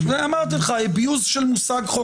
אמרתי לך שזה abuse של המושג "חוק יסוד".